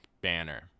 Banner